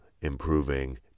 improving